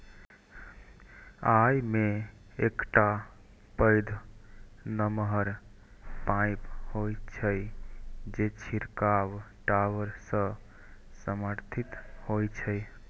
अय मे एकटा पैघ नमहर पाइप होइ छै, जे छिड़काव टावर सं समर्थित होइ छै